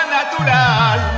Natural